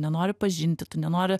nenori pažinti tu nenori